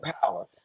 power